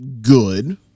good